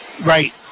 Right